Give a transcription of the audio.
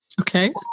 Okay